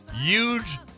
Huge